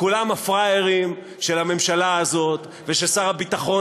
כולם הפראיירים של הממשלה הזאת ושל שר הביטחון